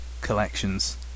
collections